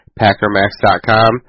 packermax.com